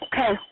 Okay